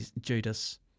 Judas